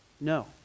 No